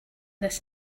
this